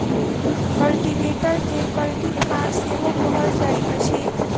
कल्टीवेटरकेँ कल्टी फार सेहो कहल जाइत अछि